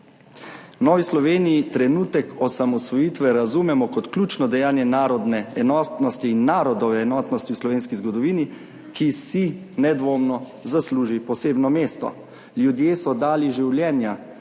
Novi Sloveniji trenutek osamosvojitve razumemo kot ključno dejanje narodne enotnosti in narodove enotnosti v slovenski zgodovini, ki si nedvomno zasluži posebno mesto. Ljudje so dali življenja